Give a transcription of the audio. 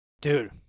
Dude